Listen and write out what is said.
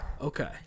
Okay